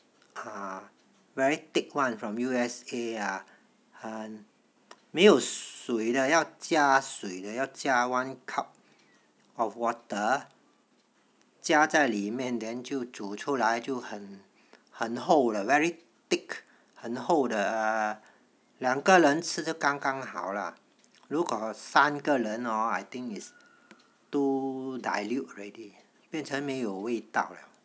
ah very thick [one] from U_S_A uh 没有水的要加水的要加 one cup of water 加在里面 then 就煮出来就很很厚的 very thick 很厚的 err 两个人吃就刚刚好啦如果三个人 hor I think it's too dilute already 变成没有味道了